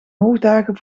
hoogdagen